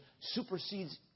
supersedes